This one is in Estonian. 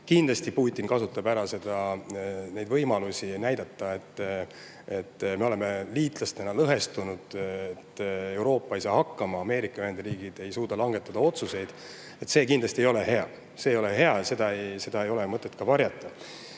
Kindlasti Putin kasutab ära võimalusi näidata, et me oleme liitlastena lõhestunud, et Euroopa ei saa hakkama, Ameerika Ühendriigid ei suuda otsuseid langetada. See kindlasti ei ole hea. See ei ole hea ja seda ei ole mõtet varjata.